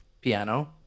piano